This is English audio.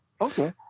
Okay